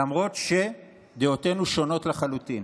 למרות שדעותינו שונות לחלוטין.